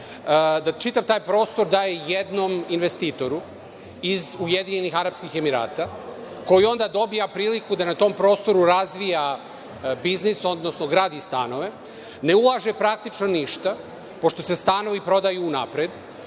čitav taj prostor daje jednom investitoru iz UAE, koji onda dobija priliku da na tom prostoru razvija biznis, odnosno gradi stanove. Ne ulaže praktično ništa pošto se stanovi prodaju unapred,